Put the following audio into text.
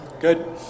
Good